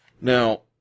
Now